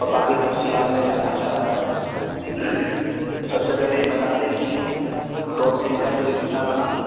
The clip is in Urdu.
اور باقی تفصیلات میں جاننا چاہ رہا تھا سب سے پہلے یہ بتا دیں کی ٹوٹل ان کا بل کتنا بنا